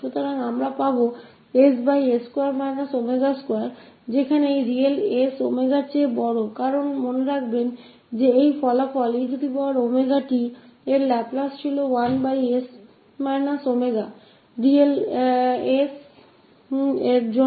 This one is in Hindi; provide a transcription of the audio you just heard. तो हमें मिलेगा 1s2 w2 जहा यह रियल s w से बड़ा होगा क्युकी याद रखिये की यह नतीजा देगा 𝑒𝜔𝑡 इसका लाप्लास था 1s w सभी रियल sw के लिए